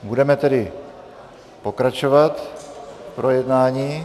Budeme tedy pokračovat v projednávání.